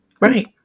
Right